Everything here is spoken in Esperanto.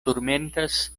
turmentas